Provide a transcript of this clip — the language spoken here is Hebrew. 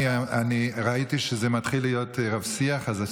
אני ראיתי שזה מתחיל להיות רב-שיח, אז הפסקתי.